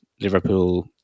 Liverpool